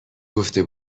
گفته